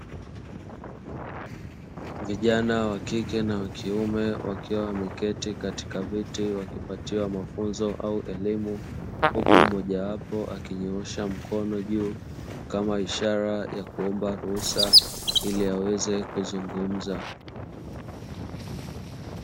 Vijana wa kike na wa kiume wakiwa wameketi katika viti wakipatiwa mafunzo au elimu huku mmojawapo akinyoosha mkono juu kama ishara ya kuomba ruhusa ili aweze kuzungumza.